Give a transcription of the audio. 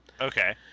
Okay